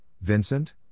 Vincent